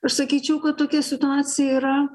aš sakyčiau kad tokia situacija yra